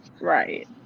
Right